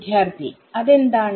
വിദ്യാർത്ഥി അതെന്താണ്